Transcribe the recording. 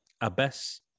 Abyss